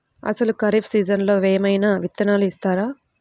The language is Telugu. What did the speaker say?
అసలు ఖరీఫ్ సీజన్లో ఏమయినా విత్తనాలు ఇస్తారా?